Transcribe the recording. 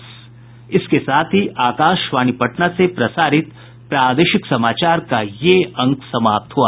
इसके साथ ही आकाशवाणी पटना से प्रसारित प्रादेशिक समाचार का ये अंक समाप्त हुआ